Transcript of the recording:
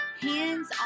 hands